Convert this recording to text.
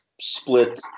split